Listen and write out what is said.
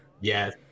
Yes